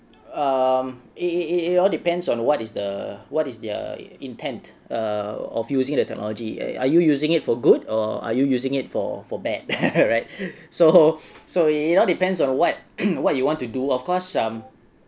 um it it all depends on what is the what is their intent err of using the technology are you using it for good or are you using it for for bad right so so it all depends on what what you want to do of course um